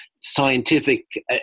scientific